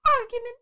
argument